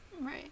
Right